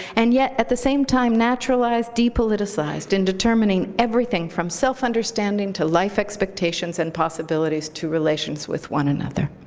and yet at the same time naturalized, depoliticized in determining everything from self-understanding to life expectations and possibilities to relations with one another.